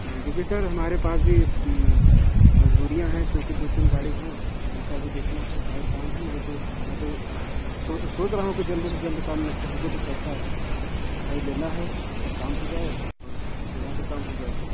हाँ क्योंकि सर हमारे पास भी मजबूरियाँ हैं क्योंकि दो तीन गाड़ी हैं उनका भी देखना है और काम है नहीं तो मैं तो सो सोच रहा हूँ कि जल्द से जल्द काम निपटा हमको तो पैसा भाई लेना है आपका काम हो जाए और मेरा भी काम हो जाए